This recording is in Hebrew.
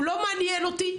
הוא לא מעניין אותי,